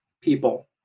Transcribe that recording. people